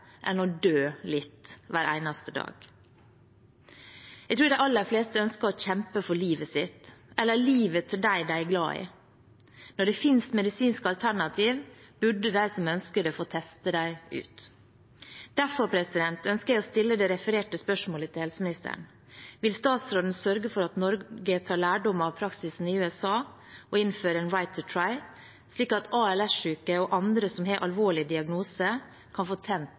enn å dø litt hver eneste dag? Jeg tror de aller fleste ønsker å kjempe for livet sitt, eller livet til dem de er glad i. Når det finnes medisinske alternativ, burde de som ønsker det, få teste dem ut. Derfor ønsker jeg å stille det refererte spørsmålet til helseministeren: Vil statsråden sørge for at Norge tar lærdom av praksisen i USA og innfører en «right to try», slik at ALS-syke og andre som har alvorlige diagnoser, kan få tent